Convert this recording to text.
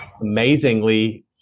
amazingly